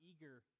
eager